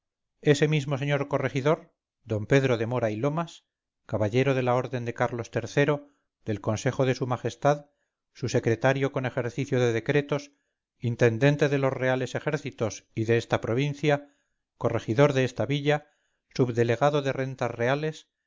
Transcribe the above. ese mismo señor corregidor don pedro de mora y lomas caballero de la orden de carlos iii del consejo de su majestad su secretario con ejercicio de decretos intendente de los reales ejércitos y de esta provincia corregidor de esta villa subdelegado de rentas reales